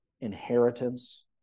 inheritance